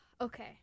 Okay